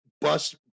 bust